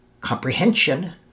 comprehension